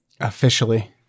Officially